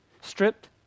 stripped